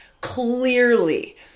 clearly